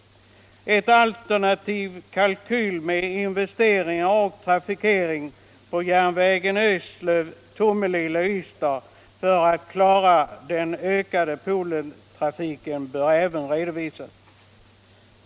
En alternativ kalkyl med investeringar och trafikering på järnvägen Eslöv-Tomelilla-Y stad för att klara den ökade Polentrafiken bör även redovisas.